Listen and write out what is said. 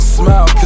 smile